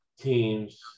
teams